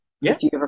Yes